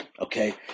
Okay